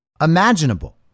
imaginable